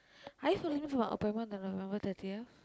are you following for my appointment the November thirtieth